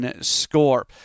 score